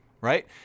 right